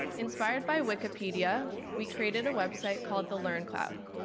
inspired by wikipedia, we created a website called the learncloud,